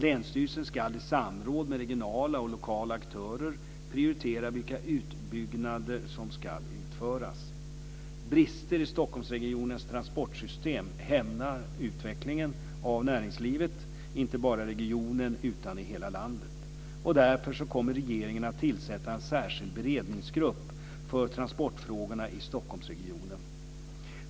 Länsstyrelsen ska i samråd med regionala och lokala aktörer prioritera vilka utbyggnader som ska utföras. Brister i Stockholmsregionens transportsystem hämmar utvecklingen av näringslivet, inte bara i regionen utan i hela landet. Därför kommer regeringen att tillsätta en särskild beredningsgrupp för transportfrågorna i Stockholmsregionen.